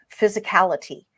physicality